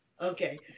okay